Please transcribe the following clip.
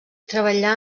treballà